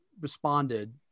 responded